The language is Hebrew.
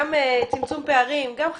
גם צמצום פערים, גם חדשנות,